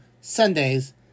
Sundays